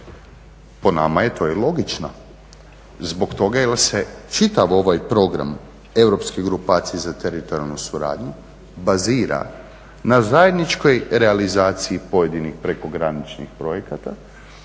Po nama je to i logično zbog toga jer se čitav ovaj program Europske grupacije za teritorijalnu suradnju bazira na zajedničkoj realizaciji pojedinih prekograničnih projekata